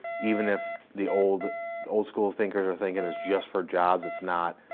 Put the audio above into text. even if the old old school thinkers are thinking it's just for jobs, it's not.